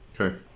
Okay